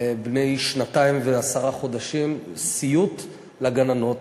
בני שנתיים ועשרה חודשים, סיוט לגננות,